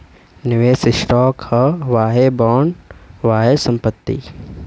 निवेस स्टॉक ह वाहे बॉन्ड, वाहे संपत्ति